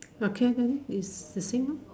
okay then is the same lor